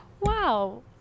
wow